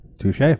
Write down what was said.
Touche